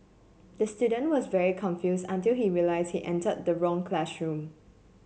the student was very confused until he realised he entered the wrong classroom